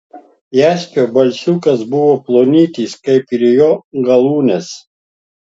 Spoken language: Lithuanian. jaspio balsiukas buvo plonytis kaip ir jo galūnės